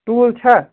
tool چھا